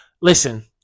listen